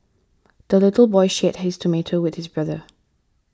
the little boy shared his tomato with his brother